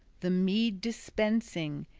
the mead dispensing,